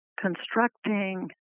constructing